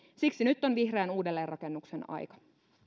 siksi nyt on vihreän uudelleenrakennuksen aika